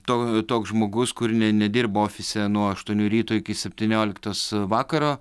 to toks žmogus kur ne nedirbu ofise nuo aštuonių ryto iki septynioliktos vakaro